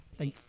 Thank